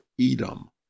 Edom